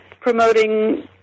promoting